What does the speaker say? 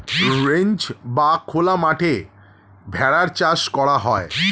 ranch বা খোলা মাঠে ভেড়ার চাষ করা হয়